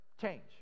change